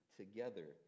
together